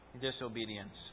disobedience